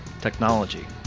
technology